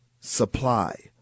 supply